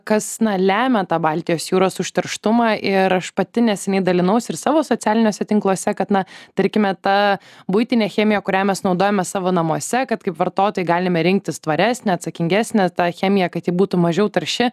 kas na lemia tą baltijos jūros užterštumą ir aš pati neseniai dalinausi ir savo socialiniuose tinkluose kad na tarkime ta buitinė chemija kurią mes naudojame savo namuose kad kaip vartotojai galime rinktis tvaresnę atsakingesnę tą chemiją kad ji būtų mažiau tarši